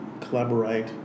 collaborate